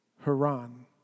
Haran